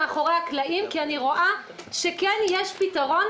הפתרון, מאחורי הקלעים כי אני רואה שכן יש פתרון.